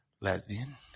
Lesbian